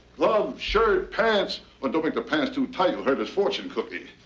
gloves, shirt, pants. but don't make the pants too tight you'll hurt his fortune cookie.